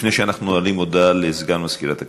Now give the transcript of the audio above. לפני שאנחנו נועלים, הודעה לסגן מזכירת הכנסת.